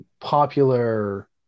popular